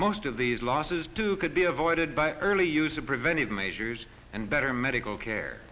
most of these losses too could be avoided by early use of preventive measures and better medical care